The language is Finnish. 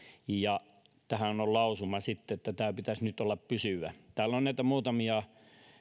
ja tähän on lausuma sitten että tämän pitäisi nyt olla pysyvä täällä on muutamia